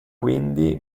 quindi